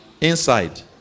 inside